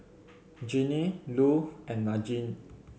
Ginny Lu and Margene